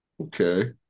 Okay